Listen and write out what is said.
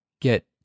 get